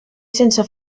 sense